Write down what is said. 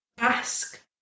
ask